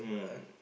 hmm